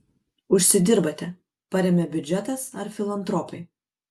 užsidirbate paremia biudžetas ar filantropai